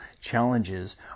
challenges